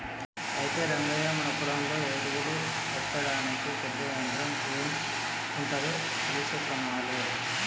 అయితే రంగయ్య మన పొలంలో ఎరువులు ఎత్తడానికి పెద్ద యంత్రం ఎం ఉంటాదో తెలుసుకొనాలే